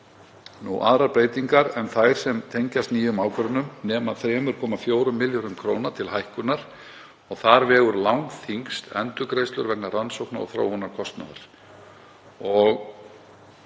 Aðrar breytingar en þær sem tengjast nýjum ákvörðunum nema 3,4 milljörðum kr. til hækkunar. Þar vega langþyngst endurgreiðslur vegna rannsókna- og þróunarkostnaðar